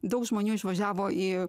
daug žmonių išvažiavo į